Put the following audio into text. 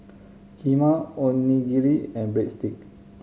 Kheema Onigiri and Breadstick